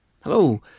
Hello